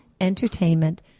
entertainment